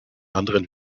anderen